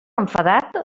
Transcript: enfadat